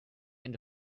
end